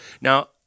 Now